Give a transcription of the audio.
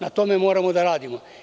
Na tome moramo da radimo.